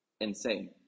insane